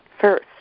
First